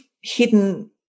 hidden